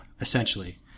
essentially